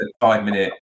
five-minute